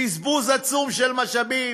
בזבוז עצום של משאבים.